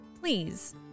please